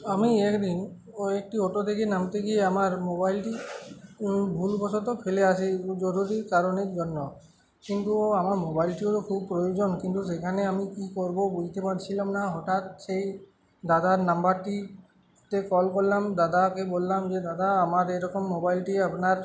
আমি একদিন ও একটি অটো থেকে নামতে গিয়ে আমার মোবাইলটি ভুলবশত ফেলে আসে জরুরির কারণের জন্য কিন্তু আমার মোবাইলটিও তো খুব প্রয়োজন কিন্তু সেখানে আমি কী করবো বুঝতে পারছিলাম না হঠাৎ সেই দাদার নাম্বারটিতে কল করলাম দাদাকে বললাম যে দাদা আমার এরকম মোবাইলটি আপনার